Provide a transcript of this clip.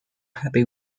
happy